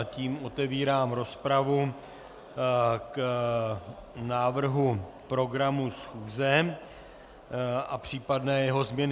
Tím otevírám rozpravu k návrhu programu schůze a případné jeho změny.